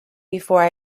before